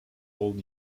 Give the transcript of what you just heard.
old